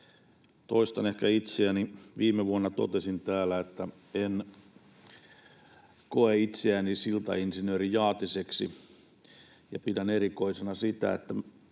Toistan ehkä itseäni: viime vuonna totesin täällä, että en koe itseäni siltainsinööri Jaatiseksi ja pidän erikoisena sitä, että